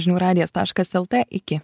žinių radijas taškas lt iki